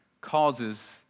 causes